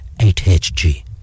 8HG